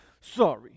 Sorry